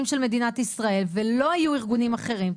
של מדינת ישראל ולא היו ארגונים אחרים,